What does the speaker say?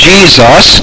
Jesus